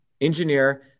engineer